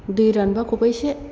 दै रानब्ला खबाइसे